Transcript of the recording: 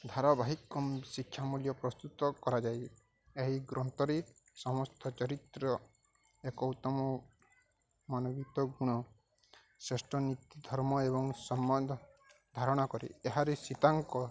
ଧାରବାହିକ ଶିକ୍ଷା ମୂଲ୍ୟ ପ୍ରସ୍ତୁତ କରାଯାଏ ଏହି ଗ୍ରନ୍ଥରେ ସମସ୍ତ ଚରିତ୍ର ଏକ ଉତ୍ତମ ମନବୀତ ଗୁଣ ଶ୍ରେଷ୍ଠ ନୀତି ଧର୍ମ ଏବଂ ସମ୍ବନ୍ଧ ଧାରଣା କରେ ଏହାରେ ସୀତାଙ୍କ